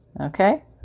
Okay